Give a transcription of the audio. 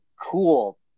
cool